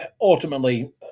ultimately